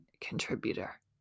contributor